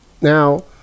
Now